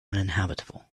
uninhabitable